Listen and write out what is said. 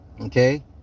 okay